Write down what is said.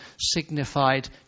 signified